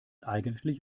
eigentlich